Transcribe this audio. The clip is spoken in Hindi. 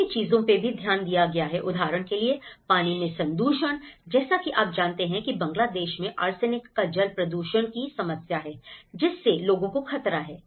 काफी चीजों पी ध्यान दिया जाता है उदाहरण के लिए पानी में संदूषण जैसा कि आप जानते हैं की बांग्लादेश में आर्सेनिक का जल प्रदूषण की समस्या है जिससे लोगों को खतरा है